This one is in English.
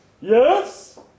Yes